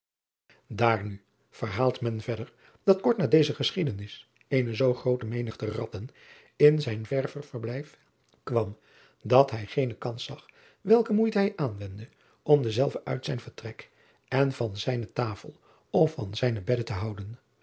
aar nu verhaalt men verder dat kort na deze geschiedenis eene zoo groote menigte ratten in zijn ververblijf kwam dat hij geene kans zag welke moeite hij aanwendde om dezelve uit zijn vertrek en van zijne tafel of van zijne bedden te houden